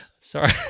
Sorry